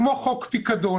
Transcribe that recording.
היא סוגיה